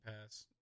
Pass